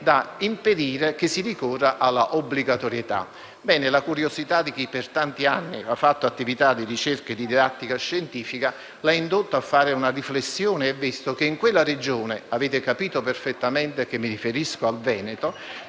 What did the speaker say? da impedire che si ricorra all'obbligatorietà. Ebbene, la curiosità di chi per tanti anni ha fatto attività di ricerca e di didattica scientifica l'ha indotto a fare una riflessione e ha visto che in quella Regione - avete capito perfettamente che mi riferisco al Veneto